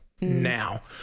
Now